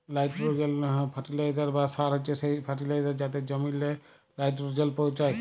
লাইটোরোজেল ফার্টিলিসার বা সার হছে সেই ফার্টিলিসার যাতে জমিললে লাইটোরোজেল পৌঁছায়